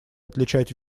отличать